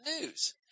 news